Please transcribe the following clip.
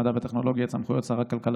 המדע והטכנולוגיה את סמכויות שר הכלכלה